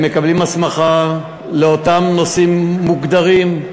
הם מקבלים הסמכה לאותם נושאים מוגדרים,